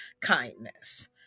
kindness